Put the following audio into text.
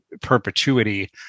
perpetuity